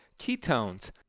ketones